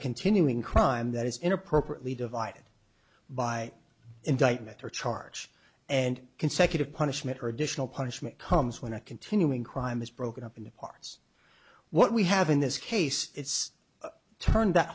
continuing crime that is in appropriately divided by indictment or charge and consecutive punishment or additional punishment comes when a continuing crime has broken up into parts what we have in this case it's turned that